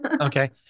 Okay